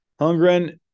Hungren